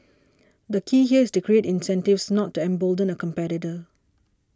the key here is to create incentives not to embolden a competitor